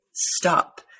stop